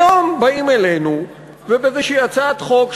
היום באים אלינו עם איזושהי הצעת חוק,